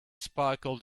sparkled